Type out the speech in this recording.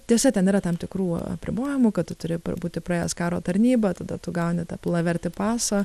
tiesa ten yra tam tikrų apribojimų kad tu turi būti praėjęs karo tarnybą tada tu gauni tą pilavertį pasą